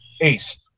Ace